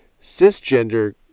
cisgender